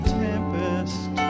tempest